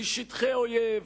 משטחי אויב,